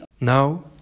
Now